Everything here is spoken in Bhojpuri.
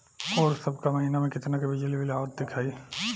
ओर का सब महीना में कितना के बिजली बिल आवत दिखाई